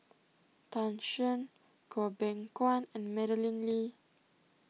Tan Shen Goh Beng Kwan and Madeleine Lee